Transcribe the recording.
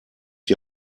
die